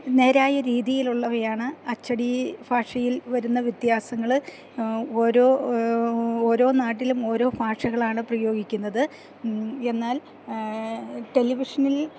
നേരായ രീതിയിലുള്ളവയാണ് അച്ചടി ഭാഷയിൽ വരുന്ന വ്യത്യാസങ്ങള് ഓരോ ഓരോ നാട്ടിലും ഓരോ ഭാഷകളാണ് പ്രയോഗിക്കുന്നത് എന്നാൽ ടെലിവിഷനിൽ